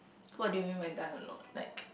what do you mean by die alone like